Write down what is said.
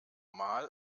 mal